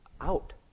out